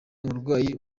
uburwayi